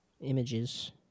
Images